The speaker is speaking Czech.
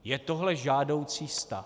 Je tohle žádoucí stav?